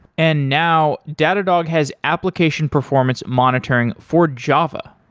and now datadog has application performance monitoring for java.